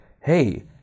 hey